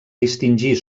distingir